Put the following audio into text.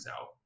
out